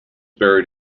buried